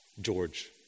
George